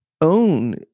own